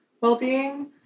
well-being